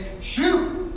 shoot